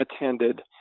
attended